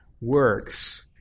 works